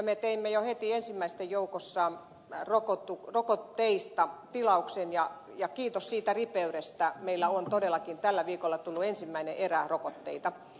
me teimme jo heti ensimmäisten joukossa rokotteista tilauksen ja kiitos sen ripeyden meillä on todellakin tällä viikolla tullut ensimmäinen erä rokotteita